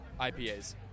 IPAs